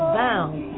bound